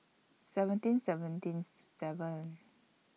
seventeen seventy seven